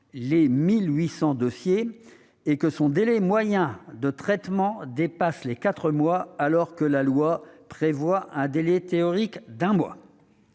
les 1 800 dossiers. Son délai moyen de traitement dépasse les quatre mois, alors que la loi prévoit un délai théorique d'un mois.